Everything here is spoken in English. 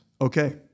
Okay